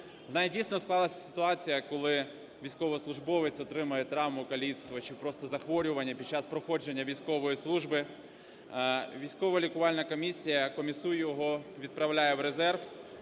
Дійсно, склалася ситуація, коли військовослужбовець отримає травму, каліцтво чи просто захворювання під час проходження військової служби, військова лікувальна комісія комісує його, відправляє в резерв.